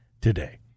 today